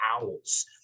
owls